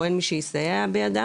או אין מי שיסייע בידם.